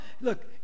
look